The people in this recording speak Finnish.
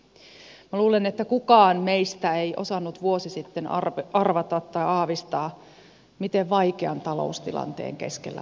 minä luulen että kukaan meistä ei osannut vuosi sitten arvata tai aavistaa miten vaikean taloustilanteen keskellä olemme tällä hetkellä